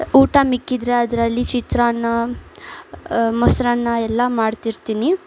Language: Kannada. ಊಟ ಮಿಕ್ಕಿದರೆ ಅದರಲ್ಲಿ ಚಿತ್ರಾನ್ನ ಮೊಸರನ್ನ ಎಲ್ಲ ಮಾಡ್ತಿರ್ತೀನಿ